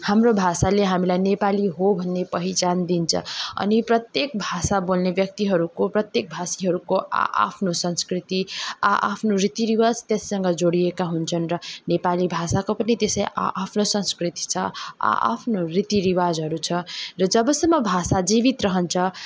हाम्रो भाषाले हामीलाई नेपाली हो भन्ने पहिचान दिन्छ अनि प्रत्येक भाषा बोल्ने व्यक्तिहरूको प्रत्येक भाषीहरूको आ आफ्नो संस्कृति आ आफ्नो रीतिरिवाज त्यससँग जोडिएका हुन्छन् र नेपाली भाषाको पनि त्यसै आ आफ्नो संस्कृति छ आ आफ्नो रीतिरिजहरू छ र जबसम्म भाषा जीवित रहन्छ